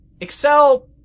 Excel